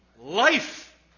life